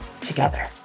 together